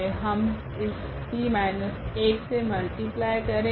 हम इस P 1 से मल्टीप्लाय करेगे